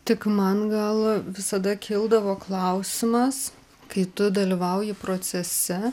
tik man gal visada kildavo klausimas kai tu dalyvauji procese